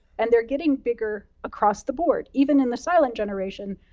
and they're getting bigger across the board. even in the silent generation,